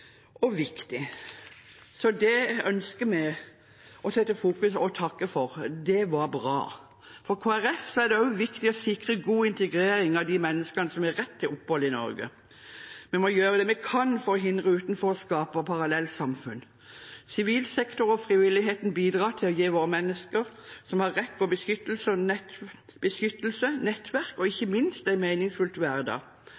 og viktig, så det ønsker vi å fokusere på og takke for. Det var bra. For Kristelig Folkeparti er det også viktig å sikre god integrering av de menneskene som har rett til opphold i Norge. Vi må gjøre det vi kan for å hindre utenforskap og parallellsamfunn. Sivil sektor og frivilligheten bidrar til å gi mennesker som har rett på beskyttelse, nettopp beskyttelse, nettverk og